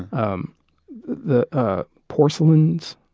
um the porcelains,